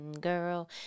girl